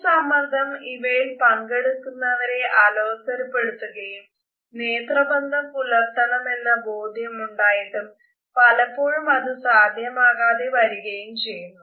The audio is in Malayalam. ഈ സമ്മർദം ഇവയിൽ പങ്കെടുക്കുന്നവരെ അലോസരപ്പെടുത്തുകയും നേത്രബന്ധം പുലർത്തണമെന്ന ബോധ്യം ഉണ്ടായിട്ടും പലപ്പോഴും അത് സാധ്യമാകാതെ വരുകയും ചെയുന്നു